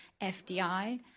fdi